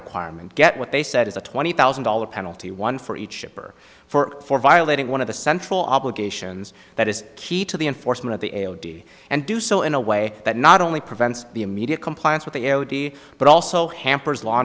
requirement get what they said is a twenty thousand dollars penalty one for each ship or for violating one of the central obligations that is key to the enforcement of the d and do so in a way that not only prevents the immediate compliance with the but also hampers law